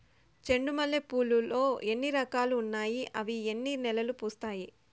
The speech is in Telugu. చెండు మల్లె పూలు లో ఎన్ని రకాలు ఉన్నాయి ఇవి ఎన్ని నెలలు పూస్తాయి